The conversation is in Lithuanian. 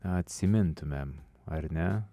atsimintumėm ar ne